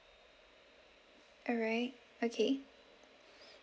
alright okay